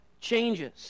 changes